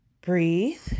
breathe